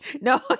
No